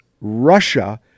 Russia